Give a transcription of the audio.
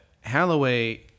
Halloway